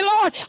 Lord